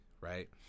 right